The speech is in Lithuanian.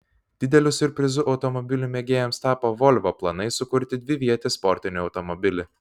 dideliu siurprizu automobilių mėgėjams tapo volvo planai sukurti dvivietį sportinį automobilį